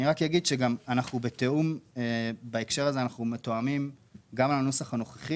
אני רק אומר שבהקשר הזה אנחנו מתואמים - גם על הנוסח הנוכחי